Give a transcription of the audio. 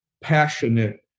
passionate